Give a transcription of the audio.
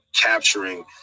capturing